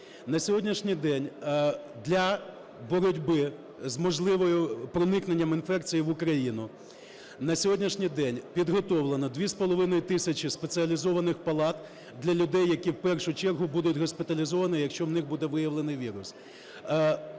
На сьогоднішній день для боротьби з можливим проникненням інфекції в Україну, на сьогоднішній день підготовлено 2,5 тисячі спеціалізованих палат для людей, які в першу чергу будуть госпіталізовані, якщо у них буде виявлених вірус.